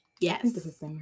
Yes